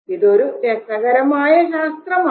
ഇതൊരു രസകരമായ ശാസ്ത്രമാണ്